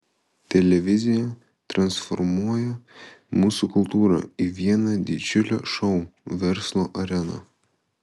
televizija transformuoja mūsų kultūrą į vieną didžiulę šou verslo areną